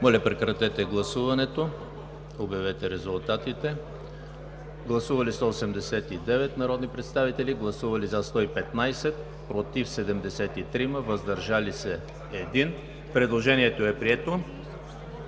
Прекратете гласуването и обявете резултата. Гласували 143 народни представители: за 105, против 38, въздържали се няма. Предложението е прието.